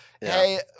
Hey